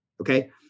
Okay